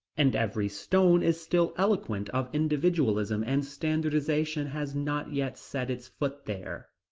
and every stone is still eloquent of individualism, and standardization has not yet set its foot there.